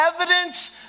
evidence